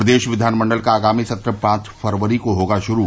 प्रदेश विधानमंडल का आगामी सत्र पांच फरवरी से होगा शुरू